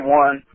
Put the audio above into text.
one